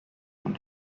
from